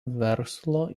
verslo